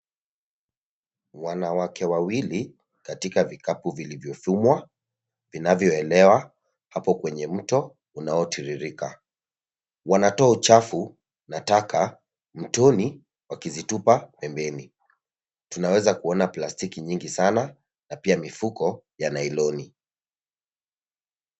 Wanawake wawili katika vikapu vilivyothumwa, vinavyoelewa hapo kwenye mto unaotiririka. Wanatoa uchafu na taka mtoni wakizitupa pembeni. Tunaweza kuona plastiki nyingi sana, na pia mifuko ya nailoni.